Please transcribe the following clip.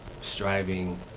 striving